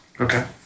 Okay